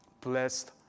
Blessed